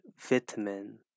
vitamin